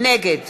נגד